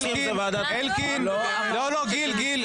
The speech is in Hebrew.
אין דיון.